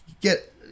get